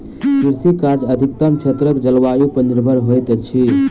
कृषि कार्य अधिकतम क्षेत्रक जलवायु पर निर्भर होइत अछि